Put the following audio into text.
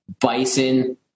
bison